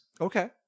okay